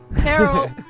Carol